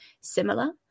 similar